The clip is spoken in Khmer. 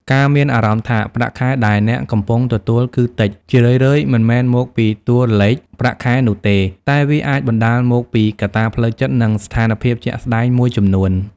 ការមានអារម្មណ៍ថា ប្រាក់ខែដែលអ្នកកំពុងទទួលគឺតិច ជារឿយៗមិនមែនមកពីតួលេខប្រាក់ខែនោះទេ តែវាអាចបណ្ដាលមកពីកត្តាផ្លូវចិត្ត និងស្ថានភាពជាក់ស្ដែងមួយចំនួន។